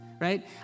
Right